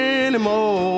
anymore